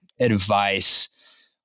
advice